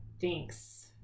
thanks